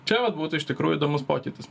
čia vat būtų iš tikrųjų įdomus pokytis